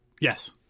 yes